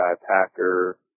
Packer